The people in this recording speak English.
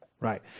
Right